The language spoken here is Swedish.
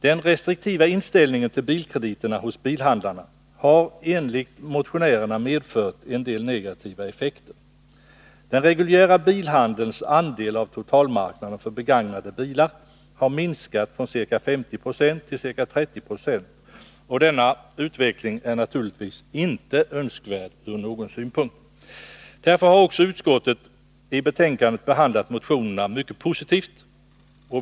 Den restriktiva inställningen till bilkrediterna hos bilhandlarna har enligt motionärerna medfört en del negativa effekter. Den reguljära bilhandelns andel av totalmarknaden för begagnade bilar har minskat från ca 50 96 till ca 30 26, och denna utveckling är naturligtvis inte önskvärd ur någon synpunkt. Därför har också utskottet i betänkandet behandlat motionerna mycket positivt.